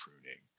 pruning